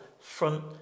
front